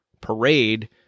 parade